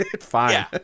fine